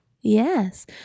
Yes